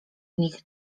nich